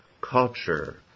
culture